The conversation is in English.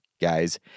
guys